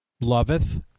Loveth